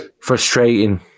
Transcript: Frustrating